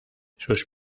sus